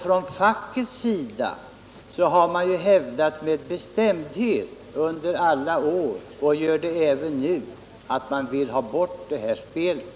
Från fackets sida har man hävdat med bestämdhet under alla år — och gör det även nu — att man vill ha bort det här spelet.